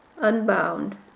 unbound